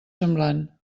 semblant